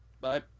Bye